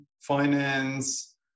finance